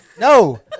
No